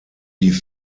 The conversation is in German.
die